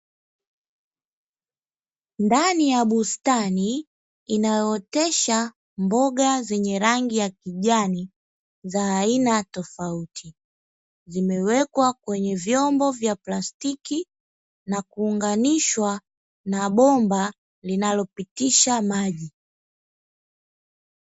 Ndani ya bustani inayootesha mboga zenye rangi ya kijani za aina tofauti, zimewekwa kwenye vyombo vya plastiki na kuunganishwa na bomba linalopitisha maji.